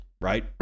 right